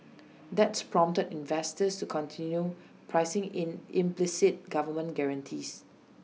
that's prompted investors to continue pricing in implicit government guarantees